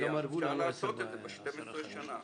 אפשר לעשות את זה ב-12 שנה.